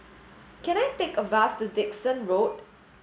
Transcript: can I take a bus to Dickson Road